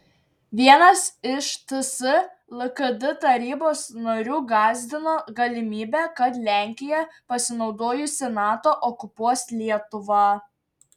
vienas iš ts lkd tarybos narių gąsdino galimybe kad lenkija pasinaudojusi nato okupuos lietuvą